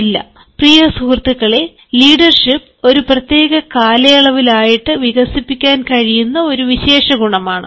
ഇല്ല പ്രിയ സുഹൃത്തുക്കളേ ലീഡർഷിപ് ഒരു പ്രത്യേക കാലയളവിലായിട്ടു വികസിപ്പിക്കാൻ കഴിയുന്ന ഒരു വിശേഷഗുണമാണ്